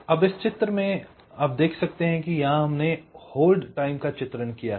आप इस चित्र में देख सकते हैं कि यहां हमने होल्ड टाइम का चित्रण किया है